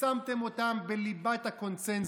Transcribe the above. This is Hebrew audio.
ושמתם אותם בליבת הקונסנזוס.